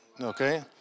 okay